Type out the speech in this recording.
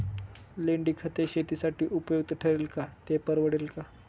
लेंडीखत हे शेतीसाठी उपयुक्त ठरेल का, ते परवडेल का?